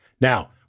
Now